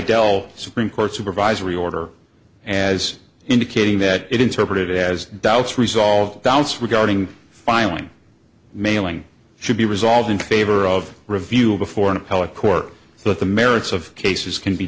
dell supreme court supervisory order as indicating that it interpreted as doubts resolved ounce regarding filing mailing should be resolved in favor of review before an appellate court so that the merits of cases can be